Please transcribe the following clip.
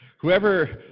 Whoever